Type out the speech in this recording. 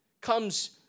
comes